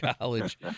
College